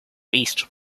east